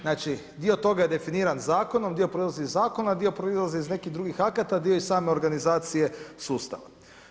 Znači dio toga je definiran zakonom, dio proizlazi iz zakona a dio proizlazi iz nekih drugih akata a dio iz same organizacije sustava.